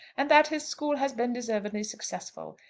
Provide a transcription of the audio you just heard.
and that his school has been deservedly successful.